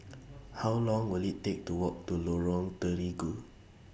How Long Will IT Take to Walk to Lorong Terigu